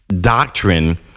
doctrine